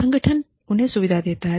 संगठन इन्हें सुविधा देता है